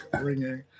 ringing